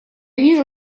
вижу